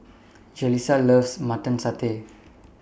Jalissa loves Mutton Satay